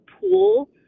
pool